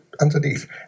underneath